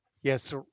Yes